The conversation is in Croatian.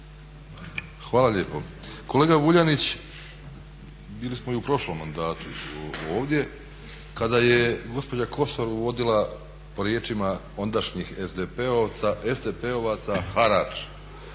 Hvala lijepo. Kolega Vuljanić, bili smo i u prošlom mandatu ovdje kada je gospođa Kosor uvodila po riječima ondašnjih SDP-ovaca harač.